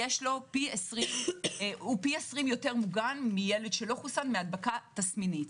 הוא פי 20 יותר מוגן מילד שלא חוסן מהדבקה תסמינית.